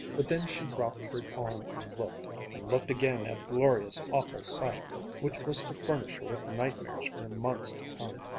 but then she dropped her arm and looked, and looked again at the glorious, awful sight which was to furnish her with nightmares for months to come.